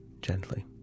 gently